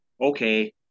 okay